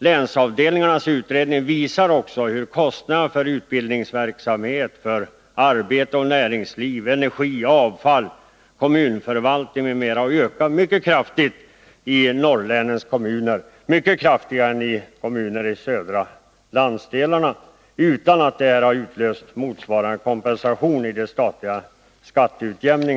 Länsavdelningarnas utredning visar också hur kostnaderna för utbildningsverksamhet, arbete och näringsliv, energi, avfall, kommunförvaltning m.m. har ökat mycket kraftigt i de norrländska kommunerna — mycket kraftigare än i de södra landsdelarna — utan att det har utlöst motsvarande kompensation i statlig skatteutjämning.